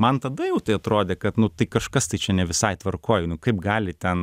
man tada jau tai atrodė kad nu tai kažkas tai čia ne visai tvarkoj nu kaip gali ten